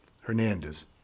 Hernandez